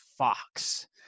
Fox